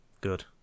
Good